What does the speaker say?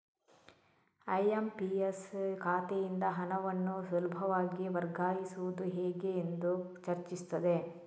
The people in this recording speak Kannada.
ಐ.ಎಮ್.ಪಿ.ಎಸ್ ಖಾತೆಯಿಂದ ಹಣವನ್ನು ಸುಲಭವಾಗಿ ವರ್ಗಾಯಿಸುವುದು ಹೇಗೆ ಎಂದು ಚರ್ಚಿಸುತ್ತದೆ